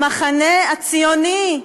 המחנה הציוני,